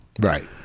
Right